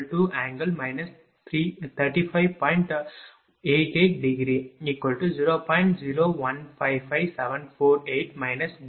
0155748 j0